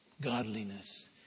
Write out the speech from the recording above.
godliness